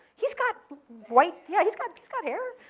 he's got white yeah, he's got he's got hair.